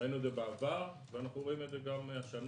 ראינו את זה בעבר ואנחנו רואים את זה גם השנה,